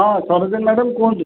ହଁ ହଁ ସରୋଜିନୀ ମ୍ୟାଡମ କୁହନ୍ତୁ